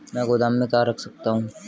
मैं गोदाम में क्या क्या रख सकता हूँ?